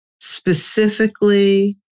specifically